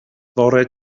fore